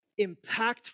impactful